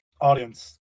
Audience